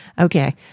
Okay